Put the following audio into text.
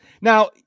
Now